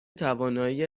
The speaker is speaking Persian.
توانایی